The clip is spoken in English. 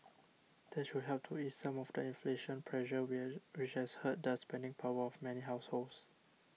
that should help to ease some of the inflation pressure where which has hurt the spending power of many households